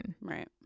right